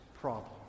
problem